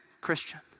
Christian